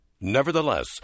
Nevertheless